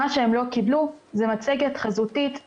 מה שהם לא קיבלו זה מצגת חזותית, נחמדה,